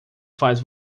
faz